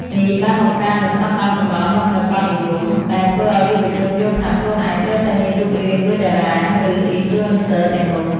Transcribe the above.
នេះបានបង្កើតនូវ ស្តង់ដារសម្រស់មិនប្រាកដនិយម ដែលធ្វើឲ្យយុវជនយល់ថា ខ្លួនឯងត្រូវតែមានរូបរាងដូចតារា ឬ អុីនផ្លូអេនសឺ ទាំងនោះ។